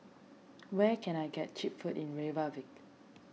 where can I get Cheap Food in Reykjavik